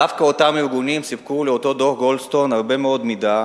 דווקא אותם ארגונים סיפקו לאותו דוח-גולדסטון הרבה מאוד מידע,